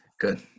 Good